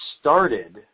started